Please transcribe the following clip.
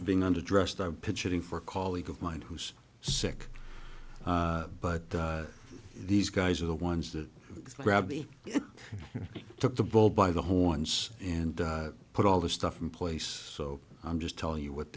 for being underdressed i'm pitching for colleague of mine who's sick but these guys are the ones that grabbed me took the bull by the horns and put all this stuff in place so i'm just telling you what